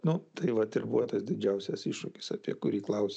nu tai vat ir buvo tas didžiausias iššūkis apie kurį klausi